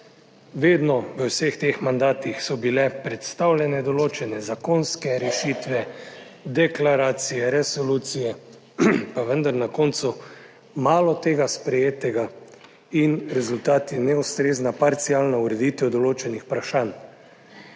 Vedno v vseh teh mandatih so bile predstavljene določene zakonske rešitve, deklaracije, resolucije, pa vendar na koncu malo tega sprejetega in rezultat je neustrezna parcialna ureditev določenih vprašanj.